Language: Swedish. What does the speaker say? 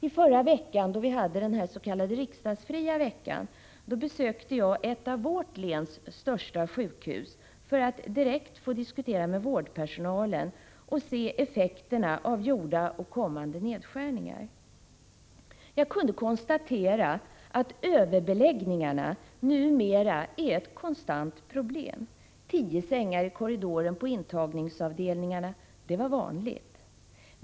I förra veckan, den s.k. sammanträdesfria veckan, besökte jag ett av vårt läns största sjukhus för att få diskutera direkt med vårdpersonalen och se effekterna av gjorda och kommande nedskärningar. Jag kunde konstatera att överbeläggningar numera är ett konstant problem. Tio sängar i korridoren på intagningsavdelningarna var vanligt.